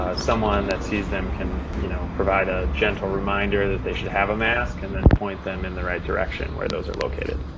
ah someone that sees them can you know provide a gentle reminder that they should have a mask and then point them in the right direction where those are located.